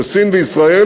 של סין וישראל,